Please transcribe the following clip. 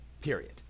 period